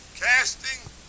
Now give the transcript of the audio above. Casting